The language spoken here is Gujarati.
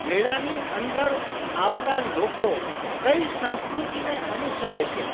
મેળાની અંદર આવતા લોકો કઈ સંસ્કૃતિને અનુસરે છે